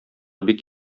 бик